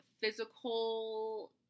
physical